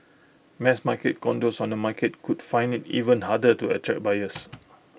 mass market condos on the market could find IT even harder to attract buyers